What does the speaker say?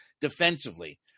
defensively